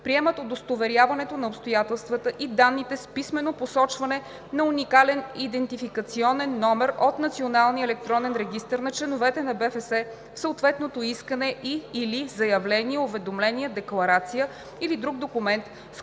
приемат удостоверяването на обстоятелствата и данните с писмено посочване на уникален идентификационен номер от националния електронен регистър на членовете на БФС в съответното искане и/или заявление, уведомление, декларация или друг документ,